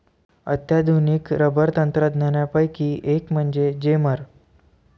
अत्याधुनिक रबर तंत्रज्ञानापैकी एक म्हणजे जेमर